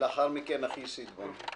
ולאחר מכן אחי סיטבון.